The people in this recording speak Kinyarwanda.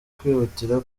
kwihutira